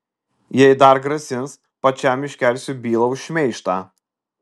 jei dar grasins pačiam iškelsiu bylą už šmeižtą